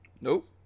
nope